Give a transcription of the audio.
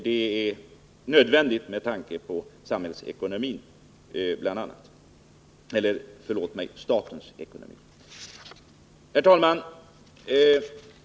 Det är nödvändigt med tanke på statens ekonomi. Herr talman!